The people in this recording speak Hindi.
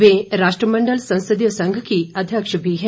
वह राष्ट्रमण्डल संसदीय संघ की अध्यक्ष भी हैं